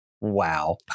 wow